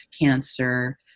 cancer